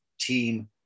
team